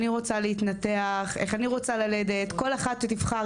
צריך להבין מה המחקר מתוך כל הלידות שבוצעו.